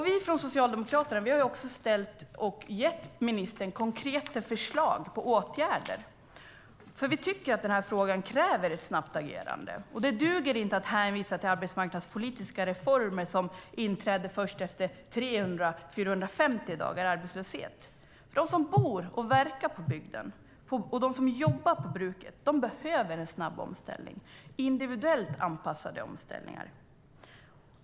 Vi från Socialdemokraterna har gett ministern konkreta förslag på åtgärder, för vi tycker att frågan kräver ett snabbt agerande. Det duger inte att hänvisa till arbetsmarknadspolitiska reformer som inträder först efter 300 eller 450 dagars arbetslöshet. De som bor och verkar i bygden och de som jobbar på bruket behöver en snabb omställning, en individuellt anpassad omställning.